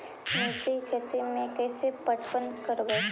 मिर्ची के खेति में कैसे पटवन करवय?